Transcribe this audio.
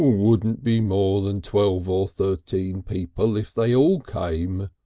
wouldn't be more than twelve or thirteen people if they all came,